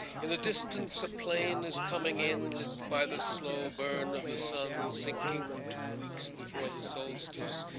in the distance a plane is coming in, lit by the slow burn of the sun, sinking two weeks before the solstice.